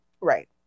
Right